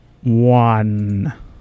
One